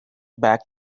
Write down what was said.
back